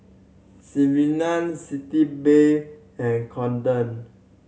Sigvaris Sitz Bath and Kordel